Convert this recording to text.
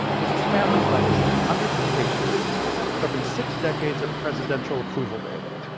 it was his family's legacy hundreds of pages covering six decades of presidential approval data.